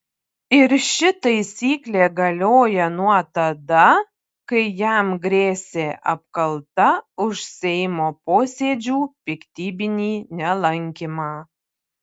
ir ši taisyklė galioja nuo tada kai jam grėsė apkalta už seimo posėdžių piktybinį nelankymą